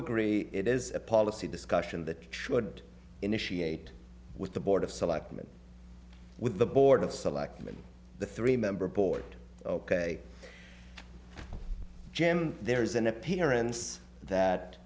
agree it is a policy discussion that should initiate with the board of selectmen with the board of selectmen the three member board ok jim there's an appearance that